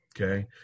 Okay